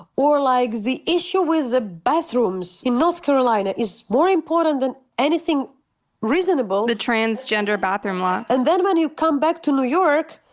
or like the issue with the bathrooms in north carolina is more important than anything reasonable. the transgender bathroom law. and then when you come back to new york,